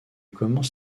commence